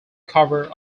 cover